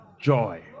joy